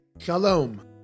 Shalom